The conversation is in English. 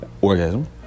orgasm